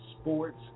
sports